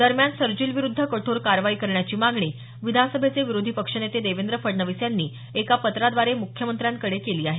दरम्यान सर्जीलविरुद्ध कठोर कारवाई करण्याची मागणी विधानसभेचे विरोधी पक्षनेते देवेंद्र फडणवीस यांनी एका पत्राद्वारे मुख्यमंत्र्याकडे केली आहे